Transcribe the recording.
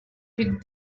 feed